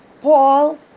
Paul